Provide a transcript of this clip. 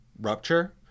rupture